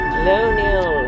Colonial